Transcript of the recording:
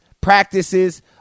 Practices